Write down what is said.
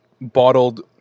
bottled